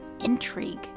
intrigue